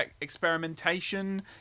experimentation